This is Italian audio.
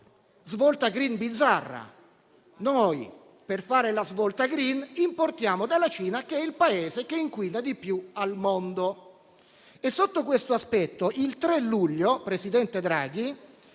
svolta *green* bizzarra. Per fare la svolta *green* importiamo dalla Cina, che è il Paese che inquina di più al mondo. Sotto questo aspetto il 3 luglio, presidente Draghi,